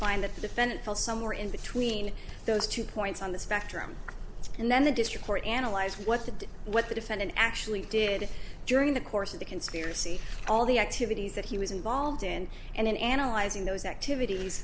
find that the defendant fell somewhere in between those two points on the spectrum and then the district court analyzed what the what the defendant actually did during the course of the conspiracy all the activities that he was involved in and in analyzing those activities